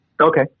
Okay